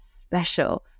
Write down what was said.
special